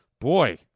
Boy